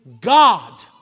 God